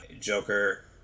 Joker